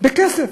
בכסף,